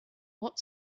what